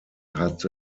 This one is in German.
hat